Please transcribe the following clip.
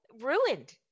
ruined